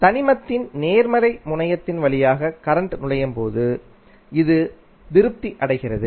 தனிமத்தின் நேர்மறை முனையத்தின் வழியாக கரண்ட் நுழையும் போது இது திருப்தி அடைகிறது